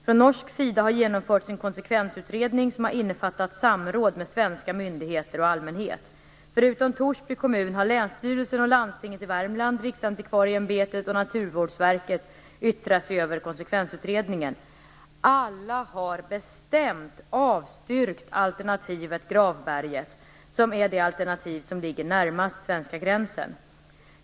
Från norsk sida har genomförts en konsekvensutredning som har innefattat samråd med svenska myndigheter och allmänhet. Förutom Torsby kommun har länsstyrelsen och landstinget i Värmland, Riksantikvarieämbetet och Naturvårdsverket yttrat sig över konsekvensutredningen. Alla har bestämt avstyrkt alternativet Gravberget, som är det alternativ som ligger närmast svenska gränsen.